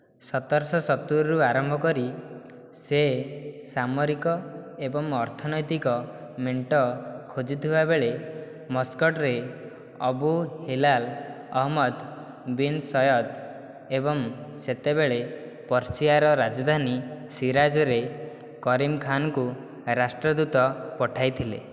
ସତର ଶହ ସତୁରିରୁ ଆରମ୍ଭ କରି ସେ ସାମରିକ ଏବଂ ଅର୍ଥନୈତିକ ମେଣ୍ଟ ଖୋଜୁଥିବା ବେଳେ ମସ୍କଟରେ Abu Hilal Ahmad bin Said ଏବଂ ସେତେବେଳେ ପର୍ସିଆର ରାଜଧାନୀ ଶିରାଜରେ କରିମ ଖାନଙ୍କୁ ରାଷ୍ଟ୍ରଦୂତ ପଠାଇଥିଲେ